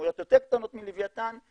בכמויות יותר קטנות מלווייתן,